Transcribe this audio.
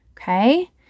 Okay